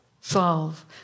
solve